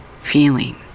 feeling